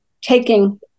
taking